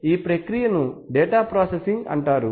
ఈ ప్రక్రియను data processing అంటారు